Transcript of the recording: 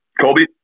Colby